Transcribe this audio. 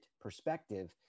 perspective